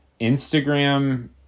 Instagram